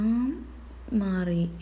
mari